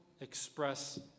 express